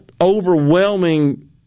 overwhelming